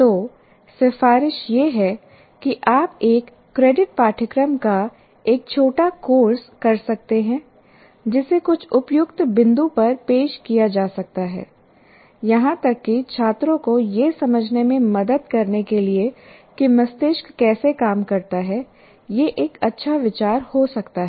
तो सिफारिश यह है कि आप एक क्रेडिट पाठ्यक्रम का एक छोटा कोर्स कर सकते हैं जिसे कुछ उपयुक्त बिंदु पर पेश किया जा सकता है यहां तक कि छात्रों को यह समझने में मदद करने के लिए कि मस्तिष्क कैसे काम करता है यह एक अच्छा विचार हो सकता है